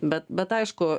bet bet aišku